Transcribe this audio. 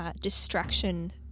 Distraction